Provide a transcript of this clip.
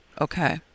Okay